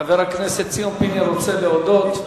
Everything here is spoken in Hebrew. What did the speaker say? חבר הכנסת ציון פיניאן רוצה להודות.